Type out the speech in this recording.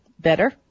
better